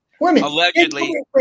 allegedly